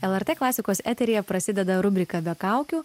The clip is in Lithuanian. lrt klasikos eteryje prasideda rubrika be kaukių